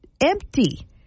empty